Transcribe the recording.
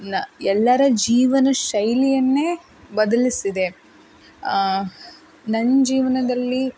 ಲ ಎಲ್ಲರ ಜೀವನ ಶೈಲಿಯನ್ನೇ ಬದಲಿಸಿದೆ ನನ್ನ ಜೀವನದಲ್ಲಿ